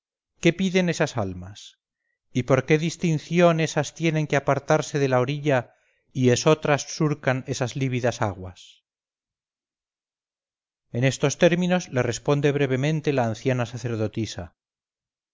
qué piden esas almas y por qué distinción esas tienen que apartarse de la orilla y esotras surcan esas lívidas aguas en estos términos le responde brevemente la anciana sacerdotisa